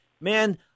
Man